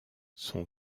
son